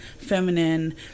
feminine